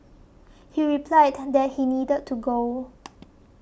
he replied that he needed to go